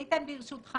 איתן, ברשותך.